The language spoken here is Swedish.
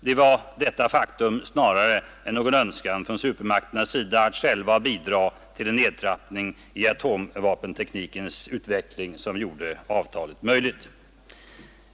Det var detta faktum snarare än någon önskan från supermakternas sida att själva bidra till en nedtrappning i atomvapenteknikens utveckling som gjorde avtalet möjligt.